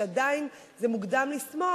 שעדיין מוקדם לשמוח,